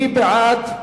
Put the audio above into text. מי בעד?